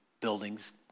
buildings